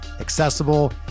accessible